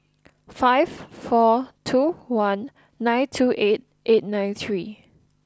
five four two one nine two eight eight nine three